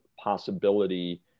possibility